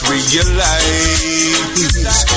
Realize